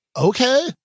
Okay